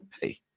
Hey